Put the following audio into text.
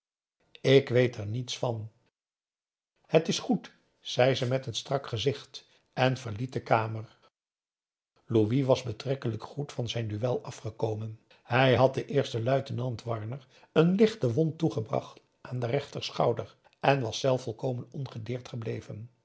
ik weet er niets van het is goed zei ze met een strak gezicht en verliet de kamer louis was betrekkelijk goed van zijn duel afgekomen hij had den eersten luitenant warner een lichte wond toegebracht aan den rechterschouder en was zelf volkomen ongedeerd gebleven